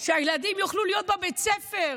שהילדים יוכלו להיות בבית ספר,